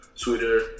Twitter